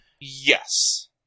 Yes